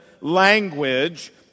language